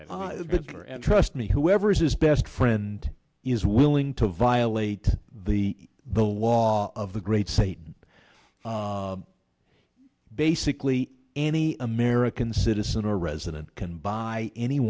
lawyer and trust me whoever is his best friend is willing to violate the the law of the great satan basically any american citizen or resident can buy any